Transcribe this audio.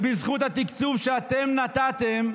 ובזכות התקצוב שאתם נתתם,